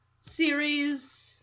series